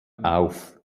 auf